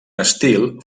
estil